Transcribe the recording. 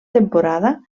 temporada